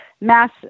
mass